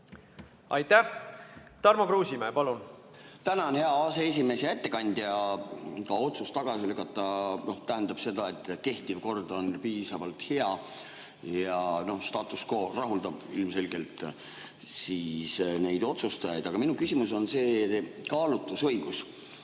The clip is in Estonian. Aitäh! Tarmo Kruusimäe, palun! Tänan, hea aseesimees! Hea ettekandja! Otsus tagasi lükata tähendab seda, et kehtiv kord on piisavalt hea jastatus quoilmselgelt rahuldab neid otsustajaid. Aga minu küsimus on kaalutlusõiguse